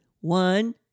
one